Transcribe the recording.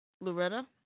Loretta